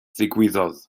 ddigwyddodd